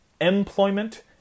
employment